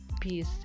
peace